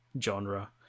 genre